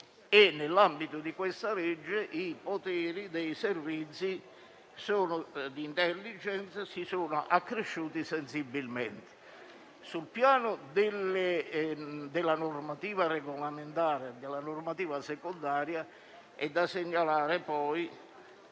nell'ambito di questa legge, i poteri dei servizi di *intelligence* si sono accresciuti sensibilmente. Sul piano della normativa regolamentare e di quella secondaria è da segnalare poi